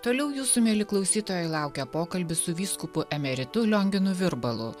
toliau jūsų mieli klausytojai laukia pokalbis su vyskupu emeritu lionginu virbalu